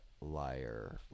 liar